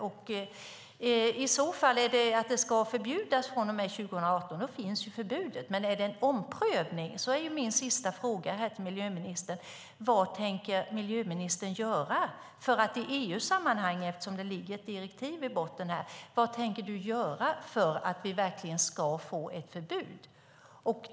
Om det ska förbjudas från och med 2018 finns ju förbudet men om det handlar om en omprövning är min sista fråga till miljöministern: Vad tänker miljöministern göra i EU-sammanhang, det ligger ju ett direktiv i botten, för att vi verkligen ska få till stånd ett förbud?